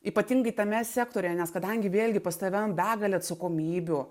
ypatingai tame sektoriuje nes kadangi vėlgi pas tave begalė atsakomybių